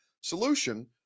solution